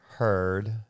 heard